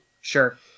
Sure